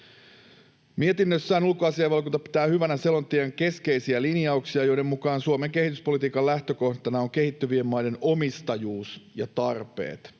Mietinnössään ulkoasiainvaliokunta pitää hyvänä selonteon keskeisiä linjauksia, joiden mukaan Suomen kehityspolitiikan lähtökohtana on kehittyvien maiden omistajuus ja tarpeet